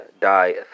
die